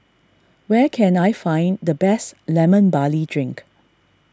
where can I find the best Lemon Barley Drink